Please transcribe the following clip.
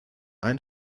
ein